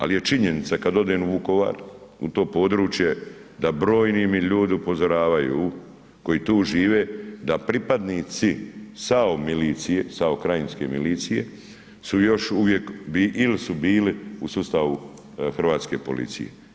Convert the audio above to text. Ali je činjenica kad odem u Vukovar, u to područje da brojni me ljudi upozoravaju koji tu žive, da pripadnici SAO milicije, SAO-krajinske policije su još uvijek ili su bili u sustavu hrvatske policije.